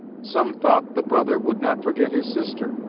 some thought the brother would not forget his sister,